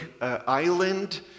island